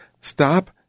Stop